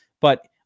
But-